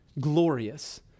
glorious